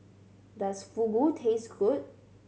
does Fugu taste good